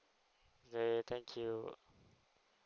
okay thank you